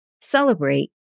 Celebrate